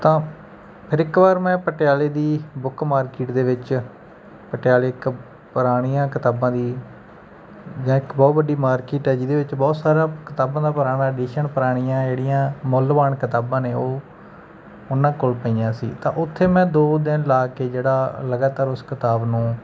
ਤਾਂ ਫਿਰ ਇੱਕ ਵਾਰ ਮੈਂ ਪਟਿਆਲੇ ਦੀ ਬੁੱਕ ਮਾਰਕੀਟ ਦੇ ਵਿੱਚ ਪਟਿਆਲੇ ਇੱਕ ਪੁਰਾਣੀਆਂ ਕਿਤਾਬਾਂ ਦੀ ਜਾਂ ਇੱਕ ਬਹੁਤ ਵੱਡੀ ਮਾਰਕੀਟ ਹੈ ਜਿਹਦੇ ਵਿੱਚ ਬਹੁਤ ਸਾਰਾ ਕਿਤਾਬਾਂ ਦਾ ਪੁਰਾਣਾ ਐਡੀਸ਼ਨ ਪੁਰਾਣੀਆਂ ਜਿਹੜੀਆਂ ਮੁੱਲਵਾਨ ਕਿਤਾਬਾਂ ਨੇ ਉਹ ਉਹਨਾਂ ਕੋਲ ਪਈਆਂ ਸੀ ਤਾਂ ਉੱਥੇ ਮੈਂ ਦੋ ਦਿਨ ਲਾ ਕੇ ਜਿਹੜਾ ਲਗਾਤਾਰ ਉਸ ਕਿਤਾਬ ਨੂੰ